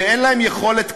שאין להם יכולת כספית,